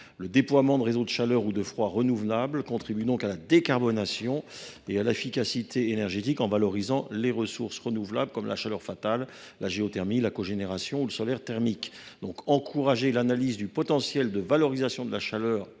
Le déploiement de réseaux de chaleur ou de froid renouvelables contribue à la décarbonation et à l’efficacité énergétique, en valorisant les ressources renouvelables, comme la chaleur fatale, la géothermie, la cogénération ou le solaire thermique. Encourager l’analyse du potentiel de valorisation de la chaleur